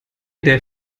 der